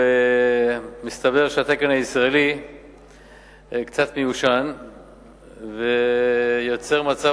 ומסתבר שהתקן הישראלי קצת מיושן ויוצר מצב